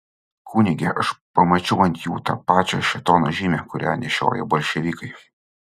kunige aš pamačiau ant jų tą pačią šėtono žymę kurią nešioja bolševikai